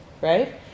right